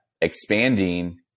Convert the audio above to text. expanding